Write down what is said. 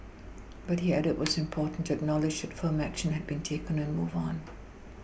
but he added it was important to acknowledge that firm action had been taken and move on